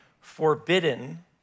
forbidden